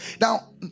Now